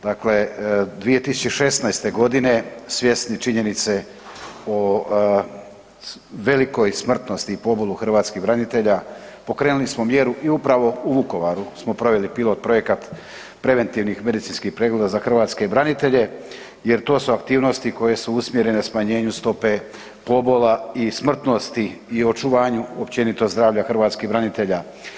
Dakle, 2016. g. svjesni činjenice o velikoj smrtnosti i pobolu hrvatskih branitelja, pokrenuli smo mjeru i upravo u Vukovaru smo pravili pilot-projekat preventivnih medicinskih pregleda za hrvatske branitelje jer to su aktivnosti koje su usmjerene smanjenju stope pobola i smrtnosti i očuvanju općenito zdravlja hrvatskih branitelja.